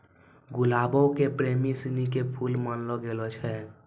गुलाबो के प्रेमी सिनी के फुल मानलो गेलो छै